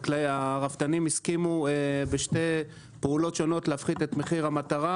הרפתנים הסכימו בשתי פעולות שונות להפחית את מחיר המטרה.